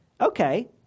Okay